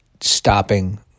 stopping